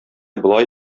болай